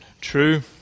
true